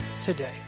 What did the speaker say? today